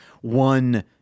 one